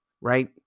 right